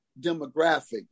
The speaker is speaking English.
demographic